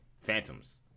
Phantoms